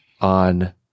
on